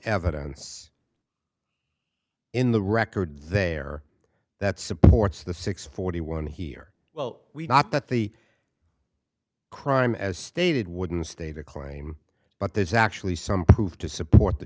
evidence in the record there that supports the six forty one here well we not that the crime as stated wouldn't state a claim but there's actually some proof to support the